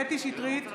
קטי קטרין שטרית,